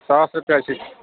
ساس رۄپیہِ حظ چھِ